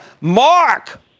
Mark